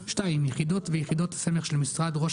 (2) יחידות ויחידות הסמך של משרד ראש